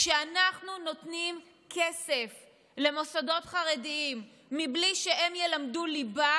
כשאנחנו נותנים כסף למוסדות חרדיים מבלי שהם ילמדו ליבה,